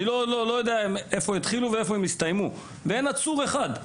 לא יודע איפה התחילו ואיפה הן מסתיימות ואין עצור אחד,